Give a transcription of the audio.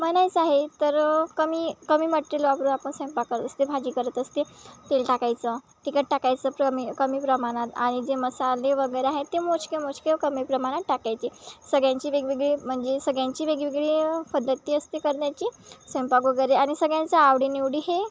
मनाईच आहे तर कमी कमी मटेरियल वापरून आपण स्वयंपाक करत असते भाजी करत असते तेल टाकायचं तिखट टाकायचं प्रमे कमी प्रमाणात आणि जे मसाले वगैरे आहे ते मोजके मोजके कमी प्रमाणात टाकायचे सगळ्यांची वेगवेगळी म्हणजे सगळ्यांची वेगळी वेगळी पद्धती असते करण्याची स्वयंपाक वगैरे आणि सगळ्यांचं आवडीनिवडी हे